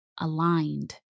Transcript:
aligned